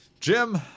Jim